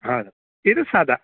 ಹೌದು ಇದು